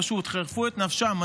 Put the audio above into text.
פשוט חירפו את נפשם,